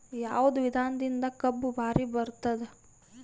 ಯಾವದ ವಿಧಾನದಿಂದ ಕಬ್ಬು ಭಾರಿ ಬರತ್ತಾದ?